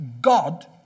God